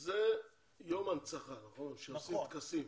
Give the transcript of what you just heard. זה יום הנצחה שעושים טקסים.